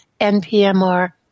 NPMR